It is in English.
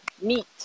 meat